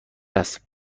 است